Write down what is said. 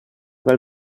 cal